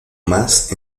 más